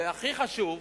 והכי חשוב,